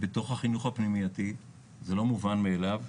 בתוך החינוך הפנימייתי, זה לא מובן מאליו.